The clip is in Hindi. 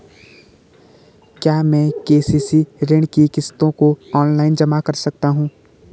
क्या मैं के.सी.सी ऋण की किश्तों को ऑनलाइन जमा कर सकता हूँ?